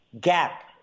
Gap